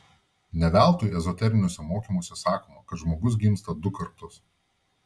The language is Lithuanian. ne veltui ezoteriniuose mokymuose sakoma kad žmogus gimsta du kartus